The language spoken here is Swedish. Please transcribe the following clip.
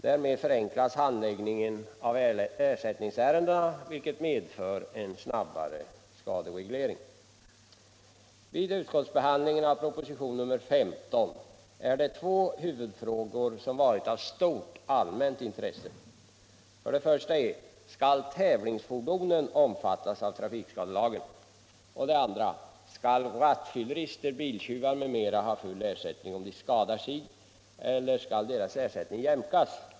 Därmed förenklas handläggningen av ersättningsärendena, vilket medför en snabbare skadereglering. Vid utskottsbehandlingen av propositionen 15 är det två huvudfrågor som varit av stort allmänt intresse: 2. Skall rattfyllerister, biltjuvar m.fl. ha full ersättning om de skadar sig eller skall deras ersättning jämkas?